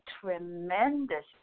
tremendous